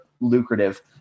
lucrative